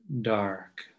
dark